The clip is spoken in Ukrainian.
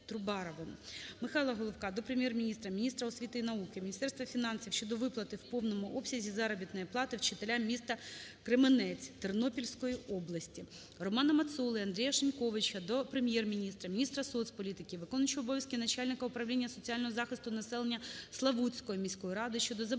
Михайла Головка до Прем'єр-міністра, міністра освіти і науки, Міністерства фінансів щодо виплати в повному обсязі заробітної плати вчителям міста Кременець Тернопільської області. РоманаМацоли та Андрія Шиньковича до Прем'єр-міністра, міністра соцполітики, виконуючому обов'язки Начальника управління соціального захисту населення Славутської міської ради щодо забезпечення